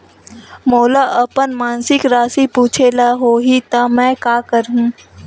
मोला अपन मासिक राशि पूछे ल होही त मैं का करहु?